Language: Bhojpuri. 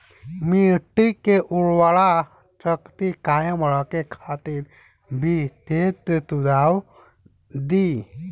मिट्टी के उर्वरा शक्ति कायम रखे खातिर विशेष सुझाव दी?